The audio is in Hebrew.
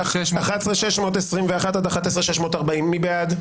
11,621 עד 11,640 מי בעד?